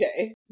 Okay